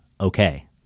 Okay